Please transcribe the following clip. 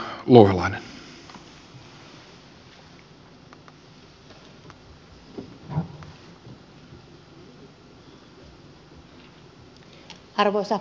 arvoisa puhemies